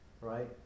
Right